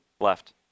Left